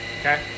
Okay